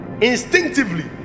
instinctively